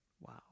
Wow